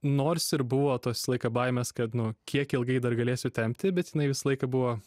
nors ir buvo tos visą laiką baimes kad nu kiek ilgai dar galėsiu tempti bet jinai visą laiką buvo